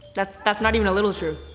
that's that's not even a little true.